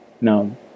No